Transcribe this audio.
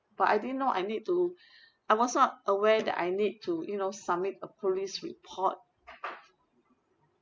but I didn't know I need to I was not aware that I need to you know submit a police report